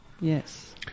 Yes